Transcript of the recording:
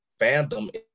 fandom